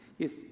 Yes